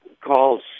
calls